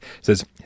Says